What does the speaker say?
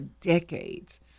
decades